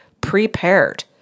prepared